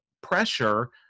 pressure